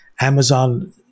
amazon